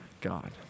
God